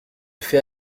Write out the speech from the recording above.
fais